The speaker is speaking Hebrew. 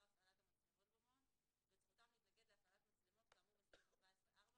הפעלת המצלמות במעון ואת זכותם להתנגד להפעלת מצלמות כאמור בסעיף 14(4),